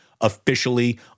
officially